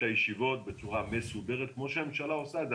הישיבות בצורה מסודרת כמו שהממשלה עושה את זה.